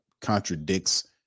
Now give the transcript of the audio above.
contradicts